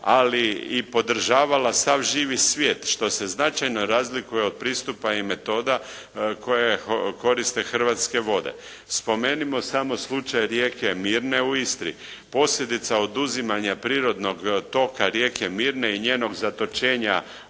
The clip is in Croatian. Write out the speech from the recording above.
ali i podržavala sav živi svijet što se značajno razlikuje od pristupa i metoda koja koriste Hrvatske vode. Spomenimo samo slučaj rijeke Mirne u Istri. Posljedica oduzimanja prirodnog toga rijeke Mirne i njenog zatočenja